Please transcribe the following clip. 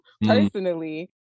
personally